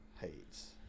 Hates